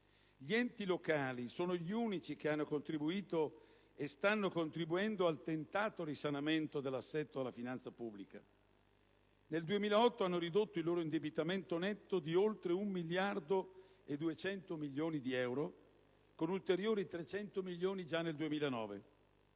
gli enti locali sono gli unici che hanno contribuito e stanno contribuendo al tentato risanamento dell'assetto della finanza pubblica: nel 2008 hanno ridotto il loro indebitamento netto di oltre 1,2 miliardi di euro, con ulteriori 300 milioni nel 2009.